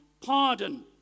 pardon